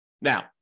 Now